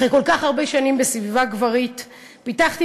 אחרי כל כך הרבה שנים בסביבה גברית פיתחתי